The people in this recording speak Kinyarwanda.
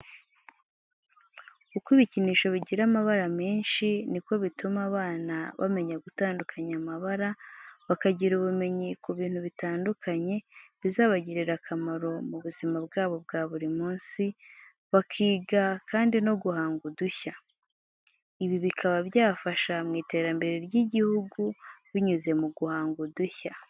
Uko ibikinisho bigira amabara menshi, niko bituma abana bamenya gutandukanya amabara bakagira ubumenyi ku bintu bitandukanye bizabagirira akamaro mu buzima bwa buri munsi, bakiga kandi no guhanga udushya. Ibi bikaba byafasha mu iterambere ry'igihugu binyuze mu guhanga udushya.